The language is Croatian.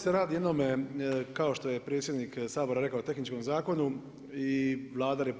se radi o jednom kao što je predsjednik Sabora rekao tehničkom zakonu i Vlada RH